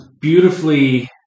beautifully